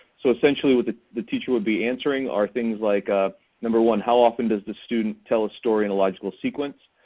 so essentially what the the teacher would be answering are things like ah number one, how often does the student tell a story in a logical sequence.